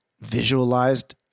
visualized